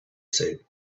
said